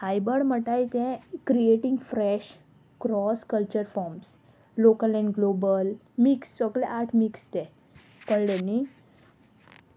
hybrid म्हटाय तें creating fresh cross culture forms local and global mix सगले art mix ते कळ्ळें न्ही